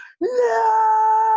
no